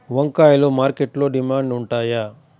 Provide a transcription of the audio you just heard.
వంకాయలు మార్కెట్లో డిమాండ్ ఉంటాయా?